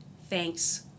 thanks